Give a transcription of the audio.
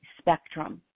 spectrum